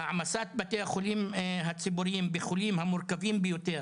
העמסת בתי החולים הציבוריים בחולים המורכבים ביותר